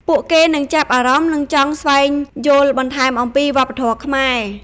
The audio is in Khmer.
ពួកគេនឹងចាប់អារម្មណ៍ និងចង់ស្វែងយល់បន្ថែមអំពីវប្បធម៌ខ្មែរ។